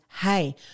hey